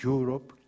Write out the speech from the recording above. Europe